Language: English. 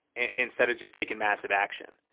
instead of just taking massive action.